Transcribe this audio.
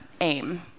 AIM